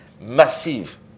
massive